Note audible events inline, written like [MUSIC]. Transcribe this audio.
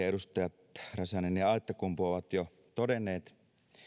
[UNINTELLIGIBLE] edustajat räsänen ja aittakumpu ovat jo todenneet